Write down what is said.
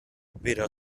weder